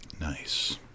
nice